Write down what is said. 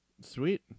sweet